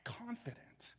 confident